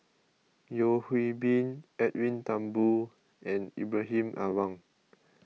Yeo Hwee Bin Edwin Thumboo and Ibrahim Awang